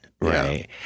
Right